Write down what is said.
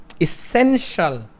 essential